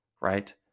right